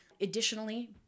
Additionally